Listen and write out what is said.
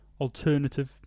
alternative